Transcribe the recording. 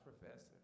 professor